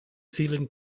zealand